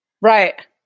Right